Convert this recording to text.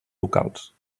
locals